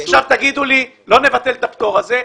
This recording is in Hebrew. תגידו לי שלא נבטל את הפטור הזה,